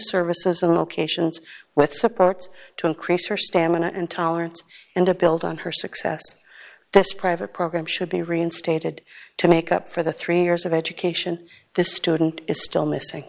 locations with support to increase her stamina and tolerance and to build on her success that's private program should be reinstated to make up for the three years of education the student is still missing